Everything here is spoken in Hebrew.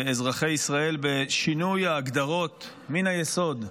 אזרחי ישראל, בשינוי ההגדרות מן היסוד,